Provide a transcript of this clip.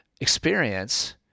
experience